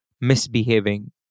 misbehaving